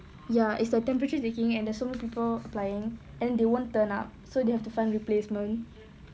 ya it's like temperature taking eh there's so many people applying and they won't turn up so they have to find replacement